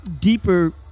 deeper